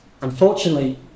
Unfortunately